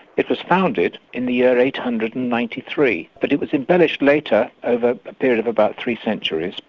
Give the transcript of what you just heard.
it was founded in the year eight hundred and ninety three, but it was embellished later over a period of about three centuries,